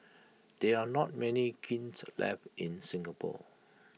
there are not many kilns left in Singapore